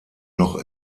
noch